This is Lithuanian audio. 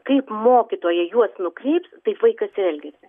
kaip mokytoja juos nukreips taip vaikas ir elgiasi